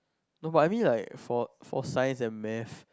no but I mean like for for science and maths